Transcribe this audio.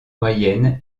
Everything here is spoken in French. moyenne